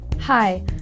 Hi